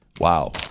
Wow